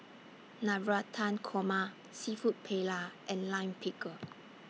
Navratan Korma Seafood Paella and Lime Pickle